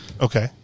Okay